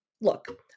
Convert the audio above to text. look